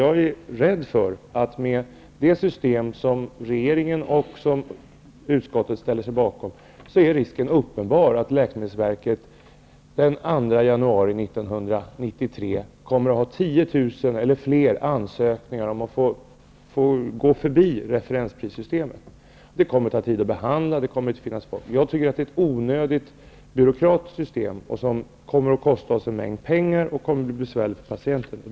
Jag är rädd för att risken är uppenbar att läkemedelsverket den 2 januari 1993 kommer att ha 10 000, eller fler, ansökningar om att få gå förbi referensprissystemet med det system som regeringen och utskottet ställer sig bakom. Det kommer att ta tid att behandla dem. Det är ett onödigt byråkratiskt system. Det kommer att kosta oss en mängd pengar, och det kommer att bli besvärligt för patienterna.